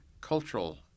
cultural